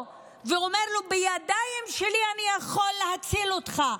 ולומר לו: בידיים שלי אני יכול להציל אותך,